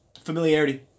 familiarity